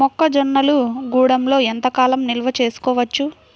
మొక్క జొన్నలు గూడంలో ఎంత కాలం నిల్వ చేసుకోవచ్చు?